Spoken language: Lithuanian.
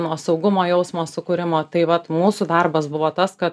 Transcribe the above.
nuo saugumo jausmo sukūrimo tai vat mūsų darbas buvo tas kad